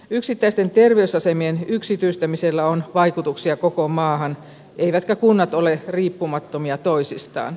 yksittäisten terveysasemien yksityistämisellä on vaikutuksia koko maahan eivätkä kunnat ole riippumattomia toisistaan